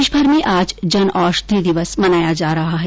देशभर में आज जनऔषधि दिवस मनाया जा रहा है